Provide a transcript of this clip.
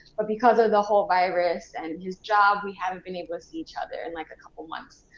but because of the whole virus and his job, we haven't been able to see each other in like a couple months.